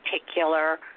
particular